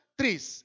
trees